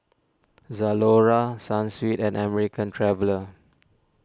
Zalora Sunsweet and American Traveller